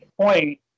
point